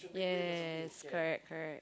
yes correct correct